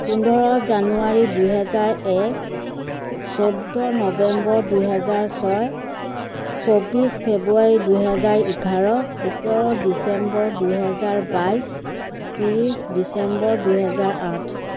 পোন্ধৰ জানুৱাৰী দুহেজাৰ এক চৌধ্য নৱেম্বৰ দুহেজাৰ ছয় চৌব্বিছ ফেব্ৰুৱাৰী দুহেজাৰ এঘাৰ সোতৰ ডিচেম্বৰ দুহেজাৰ বাইছ ত্ৰিছ ডিচেম্বৰ দুহেজাৰ আঠ